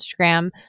Instagram